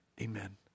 Amen